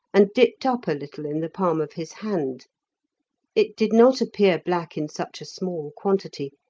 and dipped up a little in the palm of his hand it did not appear black in such a small quantity,